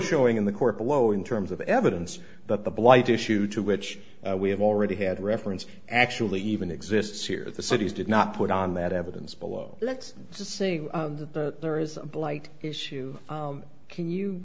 showing in the court below in terms of evidence but the blight issue to which we have already had reference actually even exists here the city's did not put on that evidence below let's just say there is a blight issue can you